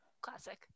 classic